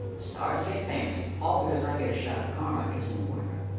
the stars get famous, all because i get a shot of k'harma kissing her boyfriend.